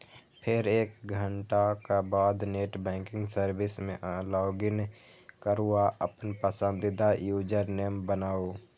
फेर एक घंटाक बाद नेट बैंकिंग सर्विस मे लॉगइन करू आ अपन पसंदीदा यूजरनेम बनाउ